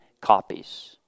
copies